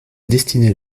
destinée